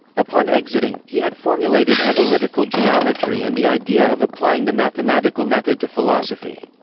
upon exiting, he had formulated analytical geometry and the idea of applying the mathematical method to philosophy.